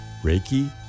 reiki